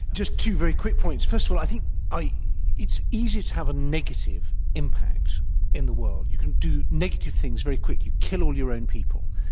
just two very quick points. first of all, i think i it's easy to have a negative impact in the world. you can do negative things very quick. kill all your own people,